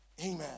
Amen